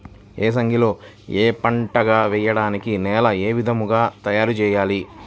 ఏసంగిలో ఏక పంటగ వెయడానికి నేలను ఏ విధముగా తయారుచేయాలి?